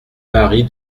marie